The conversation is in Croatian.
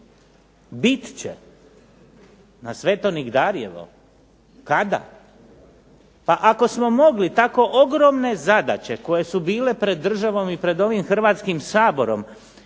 bit će. Na sveto nigdarjevo? Kada? Pa ako smo mogli tako ogromne zadaće koje su bile pred državom i pred ovim Hrvatskim saborom